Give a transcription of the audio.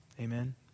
Amen